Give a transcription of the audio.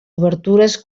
obertures